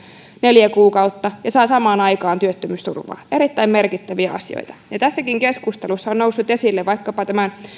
neljä kuukautta ja saa samaan aikaan työttömyysturvaa erittäin merkittäviä asioita tässäkin keskustelussa on noussut esille vaikkapa tämän